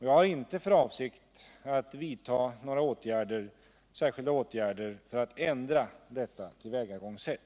Jag har inte för avsikt att vidta några särskilda åtgärder för att ändra detta tillvägagångssätt.